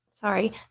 Sorry